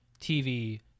TV